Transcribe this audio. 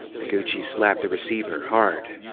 noguchi slapped the receiver, hard.